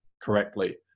correctly